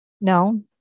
No